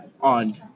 on